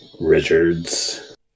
Richards